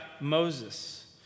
Moses